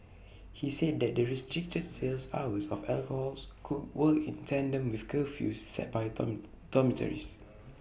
he said that the restricted sales hours of alcohols could work in tandem with curfews set by done dormitories